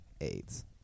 AIDS